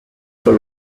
for